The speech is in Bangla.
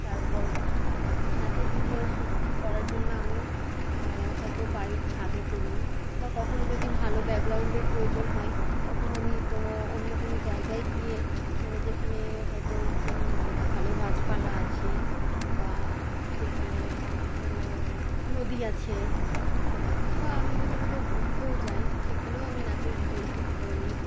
তারপর নাচের ভিডিও শুট করার জন্য আমি হয় তো বাড়ির ছাদে করি বা কখনও যদি ভালো ব্যাকগ্রাউন্ডের প্রয়োজন হয় তখন আমি কোনো অন্য কোনো জায়গায় গিয়ে মানে যেখানে হয় তো ভালো গাছপালা আছে বা যেখানে নদী আছে বা আমি যদি কোথাও ঘুরতেও যাই সেখানেও আমি নাচের ভিডিও শুট করে নিই